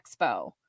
Expo